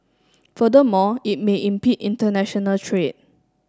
furthermore it may impede international trade